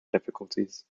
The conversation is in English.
difficulties